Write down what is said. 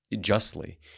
justly